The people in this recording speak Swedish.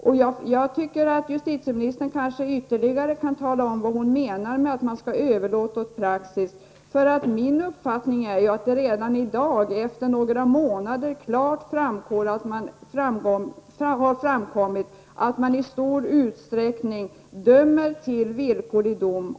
Jag tycker alltså att justitieministern ytterligare kunde förklara vad hon menar med att ''överlåta åt praxis''. Min uppfattning är att det redan i dag, alltså efter några månader, klart framkommit att man i stor utsträckning dömer till villkorlig dom.